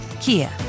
Kia